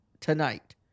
tonight